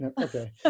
Okay